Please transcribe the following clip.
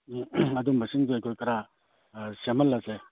ꯎꯝ ꯑꯗꯨꯝꯕꯁꯤꯡꯗꯨ ꯑꯩꯈꯣꯏ ꯈꯔ ꯁꯦꯝꯍꯜꯂꯁꯦ